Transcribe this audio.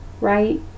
right